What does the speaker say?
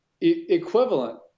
equivalent